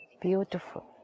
Beautiful